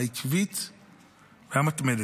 דרך שמירה על הסדר הציבורי ועד חילוץ במצבי חירום.